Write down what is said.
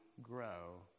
grow